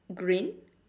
green